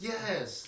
Yes